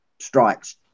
strikes